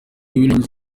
williams